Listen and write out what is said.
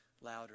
louder